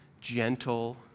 gentle